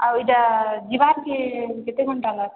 ଆଉ ଏଇଟା ଯିବା କେ କେତେ ଘଣ୍ଟା ଲାଗ୍ସି